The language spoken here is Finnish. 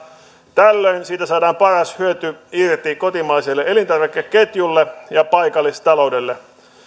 tällöin siitä saadaan paras hyöty irti kotimaiselle elintarvikeketjulle ja paikallistaloudelle